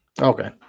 Okay